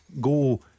go